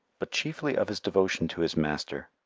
but chiefly of his devotion to his master.